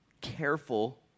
careful